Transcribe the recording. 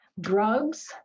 drugs